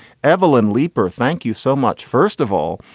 evelin leaper, thank you so much. first of all,